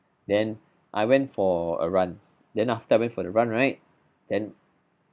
then I went for a run then after I went for the run right then